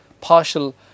partial